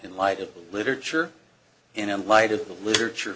in light of literature and in light of the literature